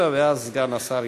אבל בינתיים,